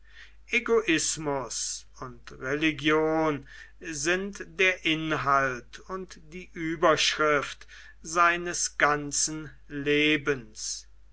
egoismus und religion sind der inhalt und die ueberschrift seines ganzen lebens